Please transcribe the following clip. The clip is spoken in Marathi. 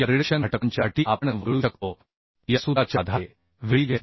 या रिडक्शन घटकांच्या अटी आपण वगळू शकतो आणखी एक गोष्ट म्हणजे आता आपल्याला या सूत्राच्या आधारे Vdsb